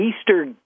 Easter